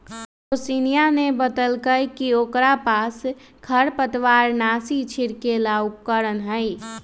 रोशिनीया ने बतल कई कि ओकरा पास खरपतवारनाशी छिड़के ला उपकरण हई